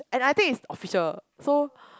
and I think it's official so